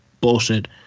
bullshit